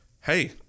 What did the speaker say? hey